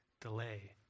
delay